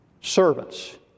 servants